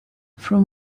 from